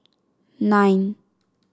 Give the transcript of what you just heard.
nine